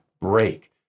Break